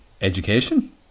Education